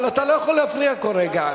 אבל אתה לא יכול להפריע כל רגע.